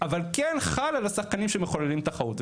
אבל כן חל על השחקנים שמחוללים תחרות.